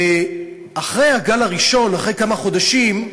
ואחרי הגל הראשון, אחרי כמה חודשים,